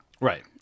Right